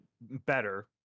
better